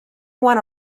want